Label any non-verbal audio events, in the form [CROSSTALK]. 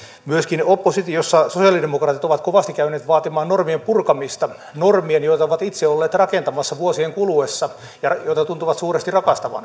myöskin oppositiossa sosialidemokraatit ovat kovasti käyneet vaatimaan normien purkamista normien joita ovat itse olleet rakentamassa vuosien kuluessa ja joita tuntuvat suuresti rakastavan [UNINTELLIGIBLE]